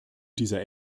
dieser